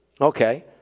Okay